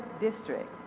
district